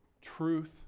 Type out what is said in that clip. truth